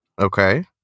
Okay